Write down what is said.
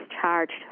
charged